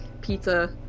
pizza